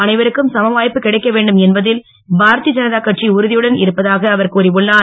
அனைவருக்கும் சமவாய்ப்பு கிடைக்கவேண்டும் என்பதே பாரதிய ஐனதா கட்சி உறுதியுடன் இருப்பதாக அவர் கூறியுள்ளார்